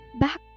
back